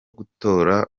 gutora